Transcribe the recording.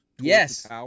Yes